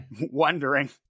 wondering